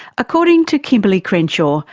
according to kimberle crenshaw,